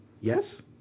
Yes